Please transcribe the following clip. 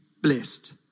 blessed